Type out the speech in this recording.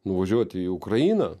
nuvažiuoti į ukrainą